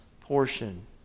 portion